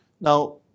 Now